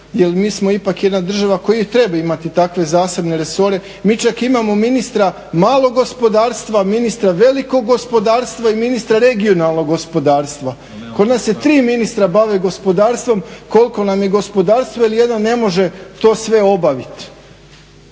jer mi smo ipak jedna država koja i treba imati takve zasebne resore, mi čak imamo ministra malog gospodarstva, ministra velikog gospodarstva i ministra regionalnog gospodarstva. Kod nas se tri ministra bave gospodarstvom, koliko nam je gospodarstvo jer jedan ne može to sve obaviti.